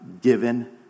given